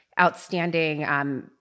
outstanding